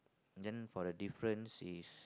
then for the difference is